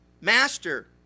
Master